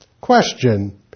Question